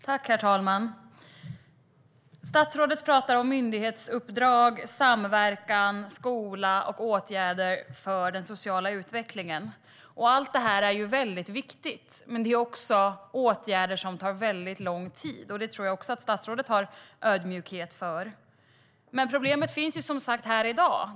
Herr talman! Statsrådet pratar om myndighetsuppdrag, samverkan, skola och åtgärder för den sociala utvecklingen. Allt det här är viktigt, men det är också åtgärder som tar väldigt lång tid. Det tror jag också att statsrådet är ödmjuk inför. Men problemet finns som sagt här i dag.